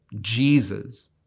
Jesus